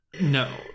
No